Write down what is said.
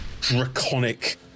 draconic